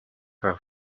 her